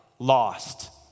lost